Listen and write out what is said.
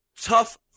tough